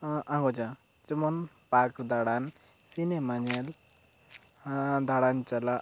ᱟᱜᱚᱡᱟ ᱡᱮᱢᱚᱱ ᱯᱟᱨᱠ ᱫᱟᱬᱟᱱ ᱥᱤᱱᱮᱢᱟ ᱧᱮᱸᱞ ᱫᱟᱬᱟᱱ ᱪᱟᱞᱟᱜ